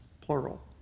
plural